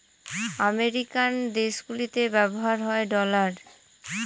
American দেশগুলিতে ব্যবহার হয় ডলার